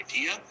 idea